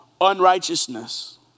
unrighteousness